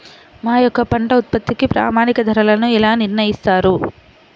మా యొక్క పంట ఉత్పత్తికి ప్రామాణిక ధరలను ఎలా నిర్ణయిస్తారు?